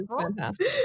fantastic